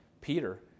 Peter